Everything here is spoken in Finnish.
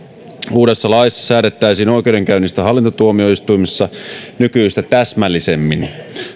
uudessa laissa säädettäisiin oikeudenkäynnistä hallintotuomioistuimissa nykyistä täsmällisemmin